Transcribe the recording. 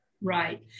right